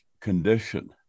condition